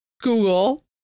Google